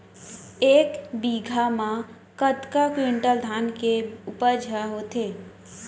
एक बीघा म कतका क्विंटल धान के उपज ह होथे?